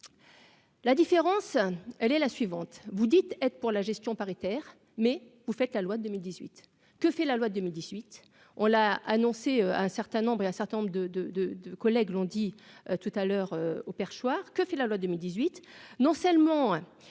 La différence, elle est la suivante : vous dites être pour la gestion paritaire mais vous faites la loi de 2018 : que fait la loi de 2018, on l'a annoncé un certain nombre et un certain nombre de, de, de, de collègues l'ont dit tout à l'heure au perchoir que fait la loi 2018 :